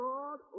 Lord